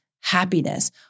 happiness